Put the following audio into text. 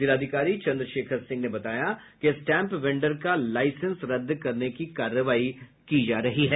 जिलाधिकारी चन्द्रशेखर सिंह ने बताया कि स्टाम्प वेंडर का लाइसेंस रद्द करने की कार्रवाई की जा रही है